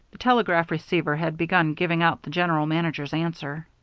telegraph receiver had begun giving out the general manager's answer.